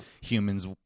humans